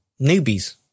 newbies